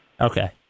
Okay